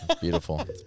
Beautiful